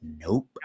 Nope